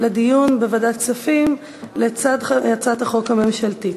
לדיון בוועדת הכספים לצד הצעת החוק הממשלתית.